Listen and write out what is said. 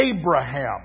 Abraham